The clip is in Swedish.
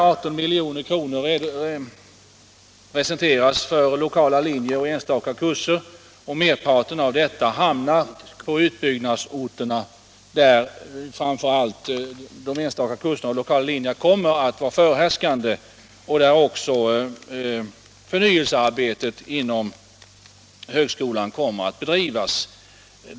18 milj.kr. anvisas för lokala linjer och enstaka kurser, och merparten av denna summa hamnar på utbyggnadsorterna, där framför allt de enstaka kurserna och lokala linjerna kommer att vara förhärskande och där också förnyelsearbetet inom högskolan kommer att bedrivas.